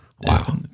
Wow